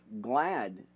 glad